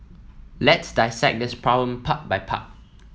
let's dissect this problem part by part